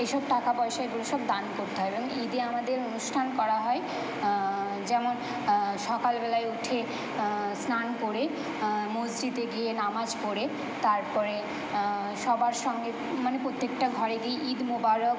এসব টাকা পয়সা এইগুলো সব দান করতে হয় এবং ঈদে আমাদের অনুষ্ঠান করা হয় যেমন সকালবেলায় উঠে স্নান করে মসজিদে গিয়ে নামাজ পড়ে তারপরে সবার সঙ্গে মানে পোত্যেকটা ঘরে গিয়ে ঈদ মোবারক